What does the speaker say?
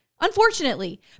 unfortunately